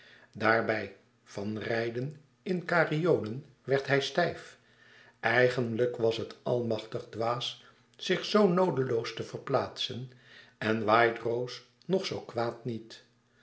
daarbij van rijden in karriolen werd hij stijf eigenlijk was het allemachtig dwaas zich zoo noodeloos te verplaatsen en white rose nog zoo kwaad niet